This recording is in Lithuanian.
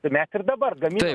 mes ir dabar gaminam